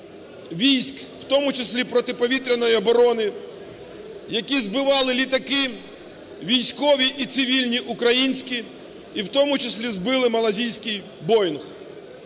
військ, в тому числі протиповітряної оборони, які збивали літаки, військові і цивільні українські, і в тому числі збили малайзійський "Боїнг".